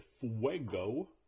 Fuego